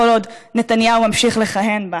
כל עוד נתניהו ממשיך לכהן בה.